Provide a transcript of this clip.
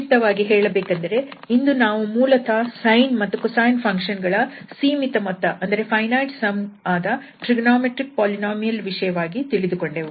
ಸಂಕ್ಷಿಪ್ತವಾಗಿ ಹೇಳಬೇಕೆಂದರೆ ಇಂದು ನಾವು ಮೂಲತಃ sine ಮತ್ತು cosine ಫಂಕ್ಷನ್ ಗಳ ಸೀಮಿತ ಮೊತ್ತ ವಾದ ಟ್ರಿಗೊನೋಮೆಟ್ರಿಕ್ ಪೋಲಿನೋಮಿಯಲ್ ವಿಷಯವಾಗಿ ತಿಳಿದುಕೊಂಡೆವು